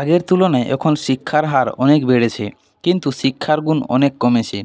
আগের তুলনায় এখন শিক্ষার হার অনেক বেড়েছে কিন্তু শিক্ষার গুণ অনেক কমেছে